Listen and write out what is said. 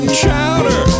chowder